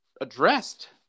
addressed